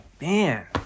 Man